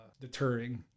deterring